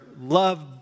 love